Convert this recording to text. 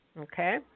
Okay